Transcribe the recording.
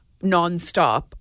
nonstop